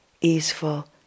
easeful